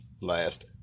last